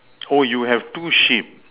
oh you have two sheep